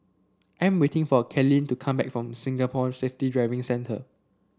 I'm waiting for Kaylyn to come back from Singapore Safety Driving Centre